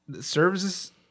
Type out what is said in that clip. Services